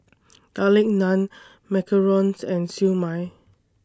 Garlic Naan Macarons and Siew Mai